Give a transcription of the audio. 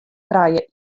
krije